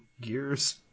gears